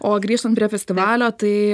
o grįžtan prie festivalio tai